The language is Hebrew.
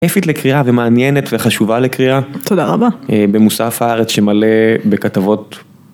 כיפית לקריאה ומעניינת וחשובה לקריאה. תודה רבה. במוסף הארץ שמלא בכתבות...